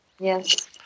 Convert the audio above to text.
Yes